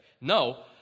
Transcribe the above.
No